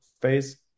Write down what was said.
phase